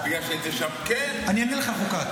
אני אענה לך על חוקת.